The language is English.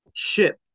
Ship